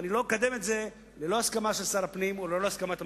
ואני לא אקדם את זה ללא הסכמה של שר הפנים וללא הסכמת הממשלה.